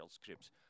scripts